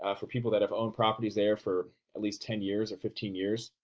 ah for people that have owned properties there for at least ten years or fifteen years,